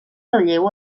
relleu